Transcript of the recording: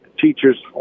teachers